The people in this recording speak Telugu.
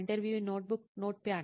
interview notebook notepad